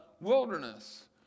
wilderness